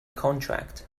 contract